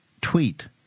tweet